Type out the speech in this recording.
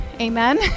amen